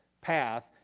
path